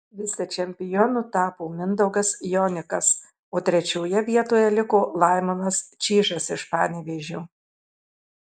vicečempionu tapo mindaugas jonikas o trečioje vietoje liko laimonas čyžas iš panevėžio